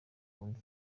muri